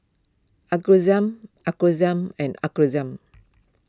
Aurangzeb Aurangzeb and Aurangzeb